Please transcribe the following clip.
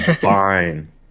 fine